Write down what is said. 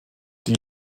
die